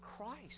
Christ